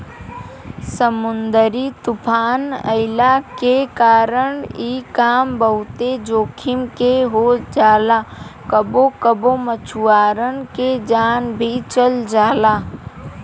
समुंदरी तूफ़ान अइला के कारण इ काम बहुते जोखिम के हो जाला कबो कबो मछुआरन के जान भी चल जाला